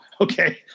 okay